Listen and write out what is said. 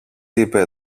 είπε